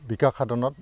বিকাশ সাধনত